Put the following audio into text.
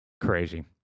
Crazy